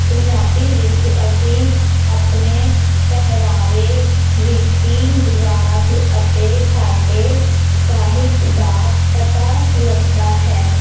ਪੰਜਾਬੀ ਵਿੱਚ ਅਸੀਂ ਆਪਣੇ ਪਹਿਰਾਵੇ ਰੀਤੀ ਰਿਵਾਜ ਅਤੇ ਸਾਡੇ ਸਾਹਿਤ ਦਾ ਪਤਾ ਲੱਗਦਾ ਹੈ